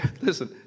listen